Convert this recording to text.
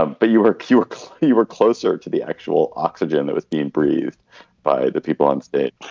ah but you were curious you were closer to the actual oxygen that was being breathed by the people on stage.